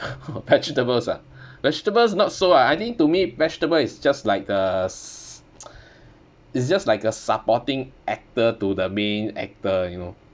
vegetables ah vegetables not so I I think to me vegetable is just like uh s~ is just like a supporting actor to the main actor you know